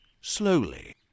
slowly